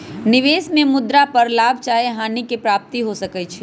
निवेश में मुद्रा पर लाभ चाहे हानि के प्राप्ति हो सकइ छै